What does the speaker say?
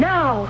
Now